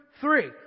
three